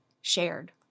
shared